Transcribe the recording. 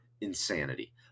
insanity